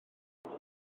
faint